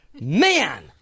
Man